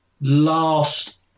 last